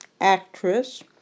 actress